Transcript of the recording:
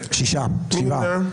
מי נמנע?